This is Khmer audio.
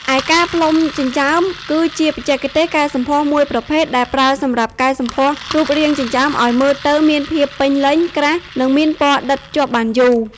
ឯ ការផ្លុំចិញ្ចើម គឺជាបច្ចេកទេសកែសម្ផស្សមួយប្រភេទដែលប្រើសម្រាប់កែលម្អរូបរាងចិញ្ចើមឲ្យមើលទៅមានភាពពេញលេញ ក្រាស់ និងមានពណ៌ដិតជាប់បានយូរ។